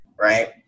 right